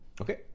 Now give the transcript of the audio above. Okay